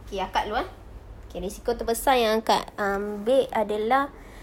okay akak dulu ah okay risiko terbesar yang akak ambil adalah